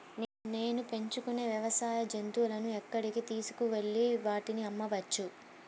నేను పెంచుకొనే వ్యవసాయ జంతువులను ఎక్కడికి తీసుకొనివెళ్ళి వాటిని అమ్మవచ్చు?